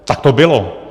Tak to bylo!